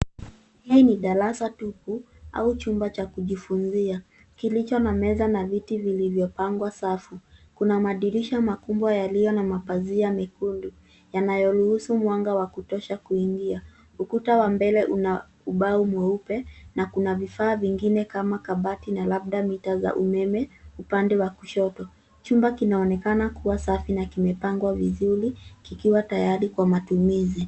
Hii ni darasa tupu, au chumba cha kujifunzia, kilicho na meza na viti vilivyopangwa kwa safu. Kuna madirisha makubwa yaliyo na mapazia mekundu yanayoruhusu mwanga wa kutosha kuingia. Ukuta wa mbele una ubao mweupe na kuna vifaa vingine kama kabati na labda mita za umeme upande wa kushoto. Chumba kinaonekana kuwa safi na kimepangwa vizuri, kikiwa tayari kwa matumizi.